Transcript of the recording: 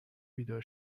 بیدار